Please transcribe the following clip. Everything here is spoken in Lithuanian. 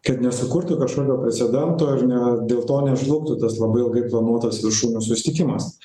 kad nesukurtų kažkokio precedento ir ne dėl to nežlugtų tas labai ilgai planuotas viršūnių susitikimas